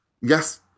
yes